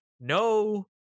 no